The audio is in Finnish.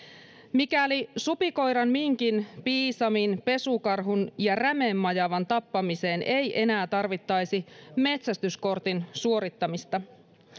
mikäli supikoiran minkin piisamin pesukarhun ja rämemajavan tappamiseen ei enää tarvittaisi metsästyskortin suorittamista